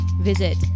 visit